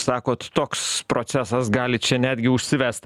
sakot toks procesas gali čia netgi užsivest